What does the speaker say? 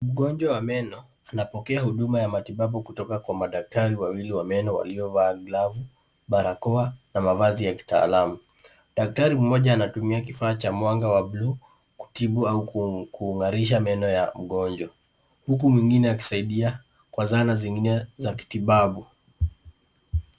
Mgonjwa wa meno anapokea huduma matibabu kutoka kwa madaktari wawili wa meno waliovaa glavu barakoa na mavazi ya kitaalamu, daktari mmoja anatumia kifaa cha mwanga wa bluu kutibu au kuunganisha meno ya mgonjwa, huku mwingine akisaidia kwa zana zingine za kitibabu.